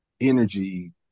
energy